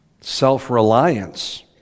self-reliance